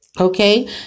okay